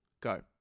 Go